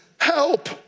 help